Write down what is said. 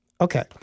Okay